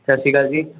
ਸਤਿ ਸ਼੍ਰੀ ਅਕਾਲ ਜੀ